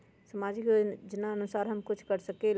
सामाजिक योजनानुसार हम कुछ कर सकील?